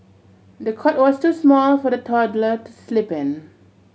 the cot was too small for the toddler to sleep in